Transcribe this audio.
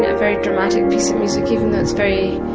ah very dramatic piece of music, even though it's very